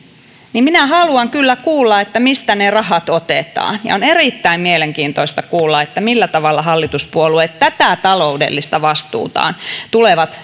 minä haluan kyllä kuulla mistä ne rahat otetaan on erittäin mielenkiintoista kuulla millä tavalla hallituspuolueet tätä taloudellista vastuutaan tulevat